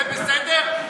זה בסדר?